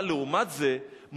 אבל לעומת זה,